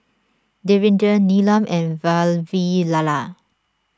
Davinder Neelam and Vavilala